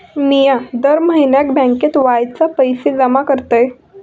मिया दर म्हयन्याक बँकेत वायच पैशे जमा करतय